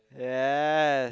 yes